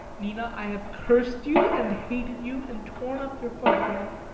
nina, i have cursed you, and hated you, and torn up your photograph,